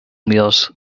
meals